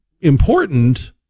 important